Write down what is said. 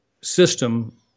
system